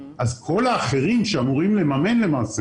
אז כל האחרים שאמורים לממן למעשה